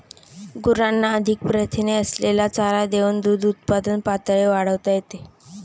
गुरांना अधिक प्रथिने असलेला चारा देऊन दुग्धउत्पादन पातळी वाढवता येते